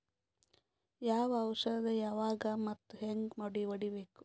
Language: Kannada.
ಯಾವ ಔಷದ ಯಾವಾಗ ಮತ್ ಹ್ಯಾಂಗ್ ಹೊಡಿಬೇಕು?